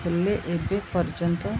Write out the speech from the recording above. ହେଲେ ଏବେ ପର୍ଯ୍ୟନ୍ତ